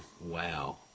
Wow